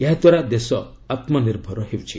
ଏହାଦ୍ୱାରା ଦେଶ ଆତ୍ମନିର୍ଭର ହେଉଛି